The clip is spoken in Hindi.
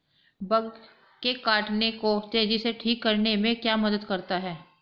बग के काटने को तेजी से ठीक करने में क्या मदद करता है?